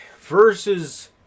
versus